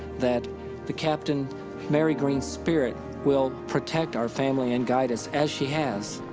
that the captain mary greene's spirit will protect our family and guide us as she has.